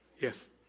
Yes